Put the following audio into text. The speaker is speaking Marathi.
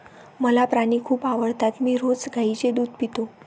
मला प्राणी खूप आवडतात मी रोज गाईचे दूध पितो